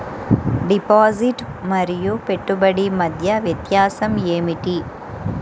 Deposit మరియు పెట్టుబడి మధ్య వ్యత్యాసం ఏమిటీ?